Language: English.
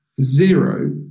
zero